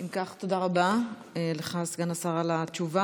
אם כך, תודה רבה לך, סגן השר, על התשובה.